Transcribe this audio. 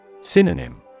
Synonym